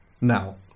now